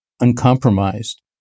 uncompromised